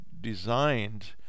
designed